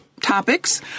Topics